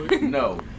No